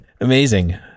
Amazing